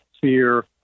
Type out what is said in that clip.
fear